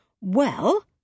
well